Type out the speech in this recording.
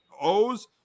O's